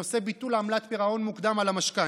בנושא ביטול עמלת פירעון מוקדם על המשכנתה,